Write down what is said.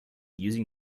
using